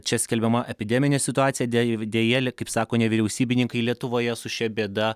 čia skelbiama epideminė situacija deja deja kaip sako nevyriausybininkai lietuvoje su šia bėda